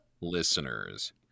listeners